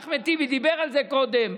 ואחמד טיבי דיבר על זה קודם.